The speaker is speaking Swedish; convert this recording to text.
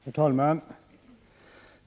Herr talman!